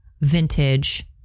vintage